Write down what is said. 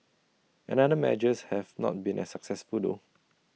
another measures have not been as successful though